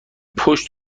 پشت